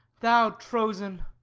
thou, trozen,